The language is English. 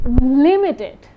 limited